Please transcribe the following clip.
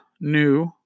new